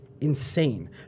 insane